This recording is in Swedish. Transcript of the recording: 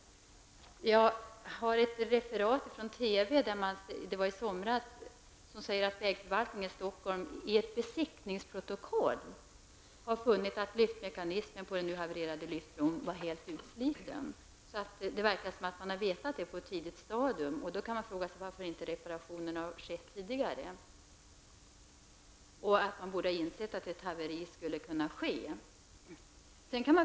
Enligt ett referat från TV i somras har vägförvaltningen i Stockholm i ett besiktningsprotokoll framhållit att lyftmekanismen på den nu helt havererade lyftbron var utsliten. Det verkar alltså som om man vetat detta på ett tidigt stadium. Varför har då inte reparation skett tidigare? Man borde ha insett att ett haveri skulle kunna ske.